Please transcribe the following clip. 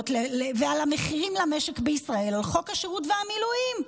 ועל המחירים למשק בישראל של חוק השירות והמילואים.